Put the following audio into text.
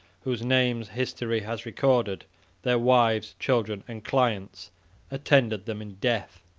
whose names history has recorded their wives, children, and clients attended them in death,